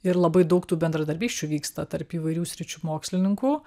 ir labai daug tų bendradarbysčių vyksta tarp įvairių sričių mokslininkų